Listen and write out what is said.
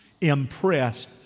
impressed